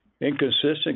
inconsistent